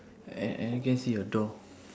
I I only can see your door